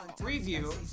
review